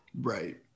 right